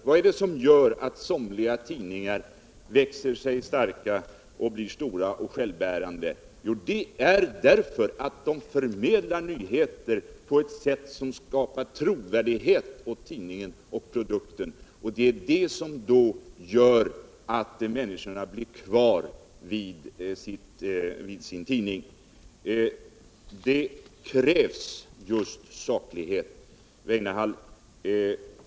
Vad är det som gör att somliga tidningar vixer sig starka och blir stora och självbärande? Jo, de gör det diärför att de förmedlar nyheter på ett sätt som skapar trovärdighet ät udningen och produkten. Det är detta som gör att människorna blir kvar vid sin tidning. Det krävs just saklighet, Lars Wocinehall.